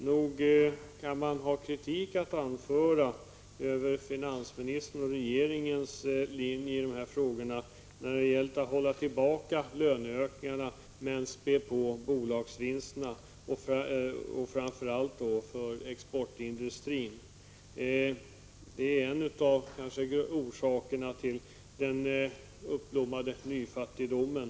Nog kan man ha kritik att anföra över finansministerns och regeringens linje i de här frågorna, när det gällt att hålla tillbaka löneökningar men spä på bolagsvinsterna, framför allt för exportindustrin. Det är en av orsakerna till den uppblommande nyfattigdomen och Prot.